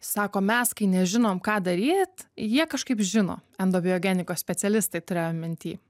sako mes kai nežinom ką daryt jie kažkaip žino endobiogenikos specialistai turėjo minty